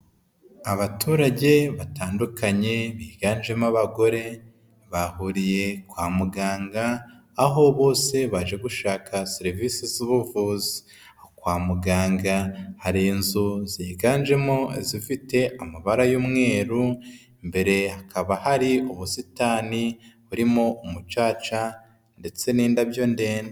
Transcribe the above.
Abaturage batandukanye biganjemo abagore bahuriye kwa muganga aho bose baje gushaka serivisi z'ubuvuzi kwa muganga hari inzu ziganjemo zifite amabara y'umweru imbere hakaba hari ubusitani burimo umucaca ndetse n'indabyo ndende.